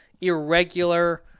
irregular